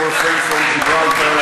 our friends from Gibraltar,